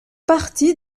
partie